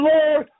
Lord